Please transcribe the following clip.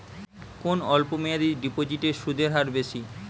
কোন অল্প মেয়াদি ডিপোজিটের সুদের হার বেশি?